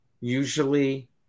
usually